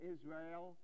Israel